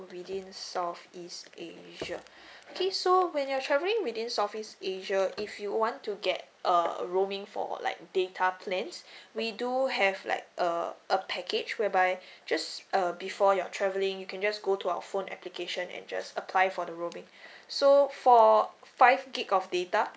within southeast asia okay so when you're traveling within southeast asia if you want to get err roaming for like data plans we do have like err a package whereby just uh before you're travelling you can just go to our phone application and just apply for the roaming so for five G_B of data